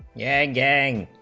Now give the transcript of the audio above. yang yang